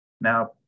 Now